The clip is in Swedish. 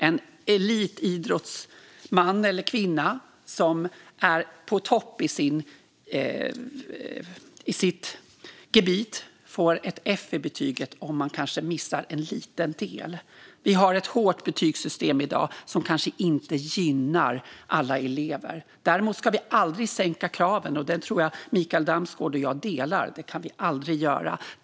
En elitidrottsman eller elitidrottskvinna som är på topp i sitt gebit får ett F i betyg om personen missar en liten del. Vi har i dag ett hårt betygssystem som kanske inte gynnar alla elever. Vi ska aldrig sänka kraven - jag tror att Mikael Damsgaard och jag är överens om att vi aldrig kan göra det.